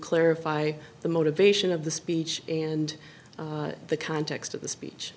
clarify the motivation of the speech and the context of the speech